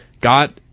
got